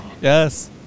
Yes